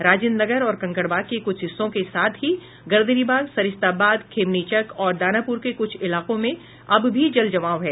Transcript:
राजेन्द्र नगर और कंकड़बाग के कुछ हिस्सों के साथ ही गर्दनीबाग सरिस्ताबाद खेमनीचक और दानापुर के कुछ इलाकों में अब भी जल जमाव है